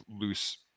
loose